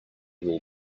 will